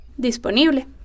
Disponible